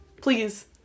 please